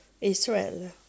Israel